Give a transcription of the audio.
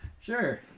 sure